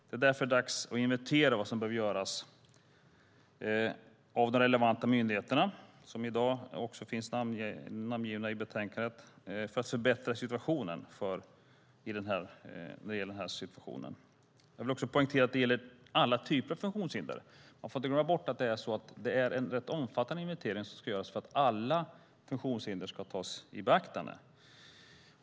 Det är därför dags att inventera vad som behöver göras av de relevanta myndigheterna, vilka finns namngivna i betänkandet, för att förbättra situationen. Jag vill poängtera att det gäller alla typer av funktionshinder. Man får alltså inte glömma bort att det är en rätt omfattande inventering som ska göras, det vill säga en där alla funktionshinder ska tas i beaktande.